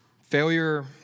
Failure